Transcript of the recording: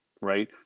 right